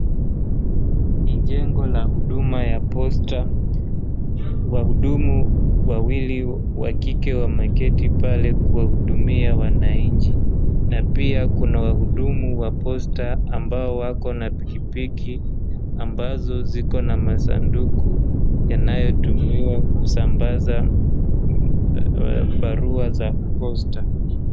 Ni jengo la huduma ya Posta. Wahudumu wawili wa kike wameketi pale kuwahudumia wananchi. Na pia kuna wahudumu wa Posta ambao wako na pikipiki ambazo ziko na masanduku yanayo tumiwa kusambaza barua za Posta.